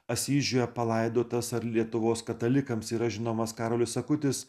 asyžiuje palaidotas ar lietuvos katalikams yra žinomas karolis akutis